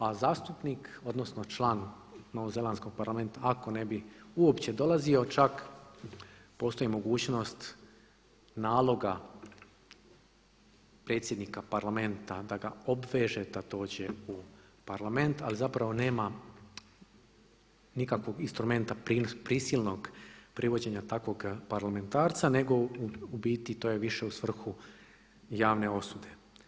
A zastupnik, odnosno član Novozelanskog parlamenta ako ne bi uopće dolazio čak postoji mogućnost naloga predsjednika Parlamenta da ga obveže da dođe u Parlament, ali zapravo nema nikakvog instrumenta prisilnog privođenja takvoga parlamentarca nego u biti to je više u svrhu javne osude.